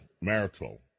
marital